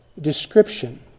description